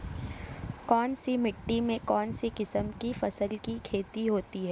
कौनसी मिट्टी में कौनसी किस्म की फसल की खेती होती है?